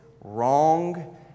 wrong